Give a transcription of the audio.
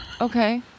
Okay